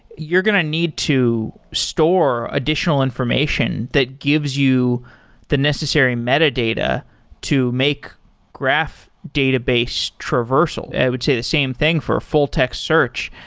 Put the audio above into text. you're going to need to store additional information that gives you the necessary metadata to make graph database traversal. i would say the same thing for a full text search.